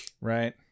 Right